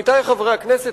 עמיתי חברי הכנסת,